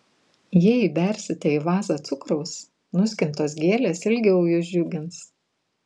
jei įbersite į vazą cukraus nuskintos gėlės ilgiau jus džiugins